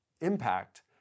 impact